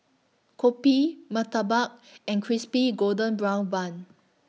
Kopi Murtabak and Crispy Golden Brown Bun